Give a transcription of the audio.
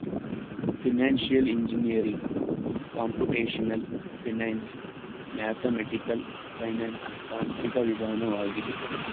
financial engineering computational finance, mathematical finance ತಾಂತ್ರಿಕ ವಿಧಾನವಾಗಿದೆ